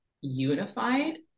unified